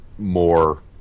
More